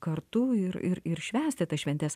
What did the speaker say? kartu ir ir ir švęsti tas šventes